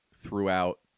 throughout